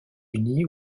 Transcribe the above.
unis